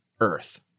earth